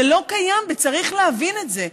זה לא קיים, וצריך להבין את זה.